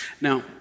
Now